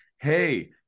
Hey